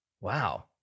wow